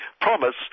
promise